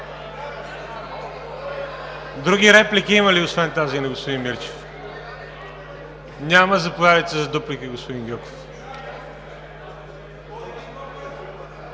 Други реплики има ли освен тази на господин Мирчев? Няма. Заповядайте за дуплика, господин Гьоков.